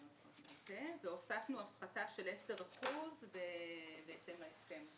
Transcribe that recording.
והוספנו הפחתה של 10 אחוזים בהתאם להסכם.